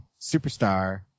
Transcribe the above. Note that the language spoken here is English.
Superstar